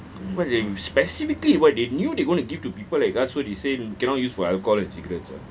!wah! you specifically !wah! they knew they gonna give to people like us so they say cannot use for alcohol and cigarettes